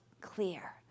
clear